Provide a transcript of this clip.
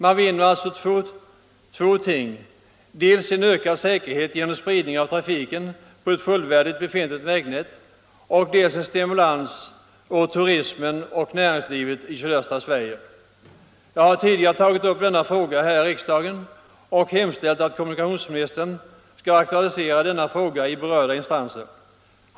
Man skulle alltså vinna två fördelar, dels ökad säkerhet genom en spridning av trafiken på ett fullvärdigt vägnät, dels en stimulans åt turismen och näringslivet i sydöstra Sverige. Jag har tidigare tagit upp denna fråga här i riksdagen och hemställt att kommunikationsministern skall aktualisera frågan i berörda instanser.